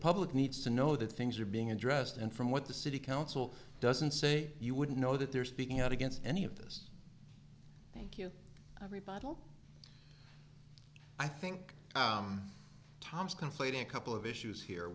public needs to know that things are being addressed and from what the city council doesn't say you wouldn't know that they're speaking out against any of this thank you everybody all i think tom's conflating a couple of issues here